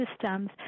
systems